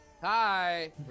Hi